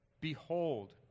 Behold